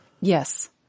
Yes